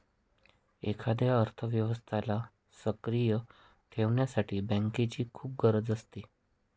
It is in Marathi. एखाद्या अर्थव्यवस्थेला सक्रिय ठेवण्यासाठी बँकेची खूप गरज असते